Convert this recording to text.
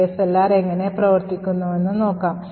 ASLR എങ്ങനെ പ്രവർത്തിക്കുന്നുവെന്ന് നോക്കാം